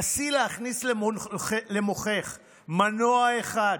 נסי להכניס למוחך מנוע אחד,